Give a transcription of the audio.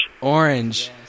Orange